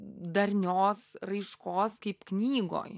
darnios raiškos kaip knygoj